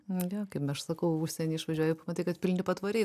jo kaip aš sakau užsienį išvažiuoji matai kad pilni patvoriai